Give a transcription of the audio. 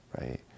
right